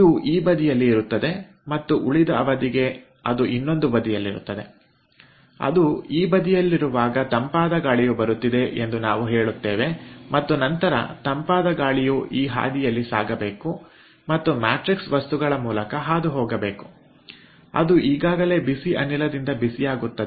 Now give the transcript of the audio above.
ಇದು ಈ ಬದಿಯಲ್ಲಿ ಇರುತ್ತದೆ ಮತ್ತು ಉಳಿದ ಅವಧಿಗೆ ಅದು ಇನ್ನೊಂದು ಬದಿಯಲ್ಲಿರುತ್ತದೆ ಅದು ಈ ಬದಿಯಲ್ಲಿರುವಾಗ ತಂಪಾದ ಗಾಳಿಯು ಬರುತ್ತಿದೆ ಎಂದು ನಾವು ಹೇಳುತ್ತೇವೆ ಮತ್ತು ನಂತರ ತಂಪಾದ ಗಾಳಿಯು ಈ ಹಾದಿಯಲ್ಲಿ ಸಾಗಬೇಕು ಮತ್ತು ಮ್ಯಾಟ್ರಿಕ್ಸ್ ವಸ್ತುಗಳ ಮೂಲಕ ಹಾದುಹೋಗಬೇಕು ಅದು ಈಗಾಗಲೇ ಬಿಸಿ ಅನಿಲದಿಂದ ಬಿಸಿಯಾಗುತ್ತದೆ